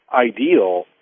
ideal